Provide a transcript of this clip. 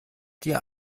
dir